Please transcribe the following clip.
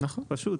פשוט.